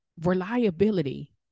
reliability